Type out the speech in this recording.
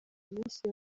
minsi